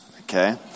okay